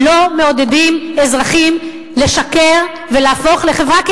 לא מעודדים אזרחים לשקר ולהפוך לחברה,